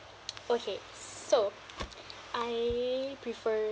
okay so I prefer